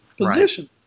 position